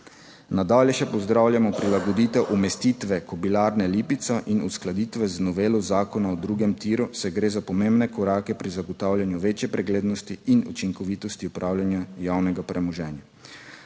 Nadalje še pozdravljamo prilagoditev umestitve Kobilarne Lipica in uskladitve z novelo Zakona o drugem tiru, saj gre za pomembne korake pri zagotavljanju večje preglednosti in učinkovitosti upravljanja javnega premoženja